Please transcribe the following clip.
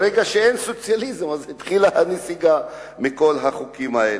ברגע שאין סוציאליזם התחילה הנסיגה מכל החוקים האלה.